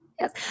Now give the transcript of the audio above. Yes